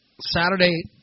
Saturday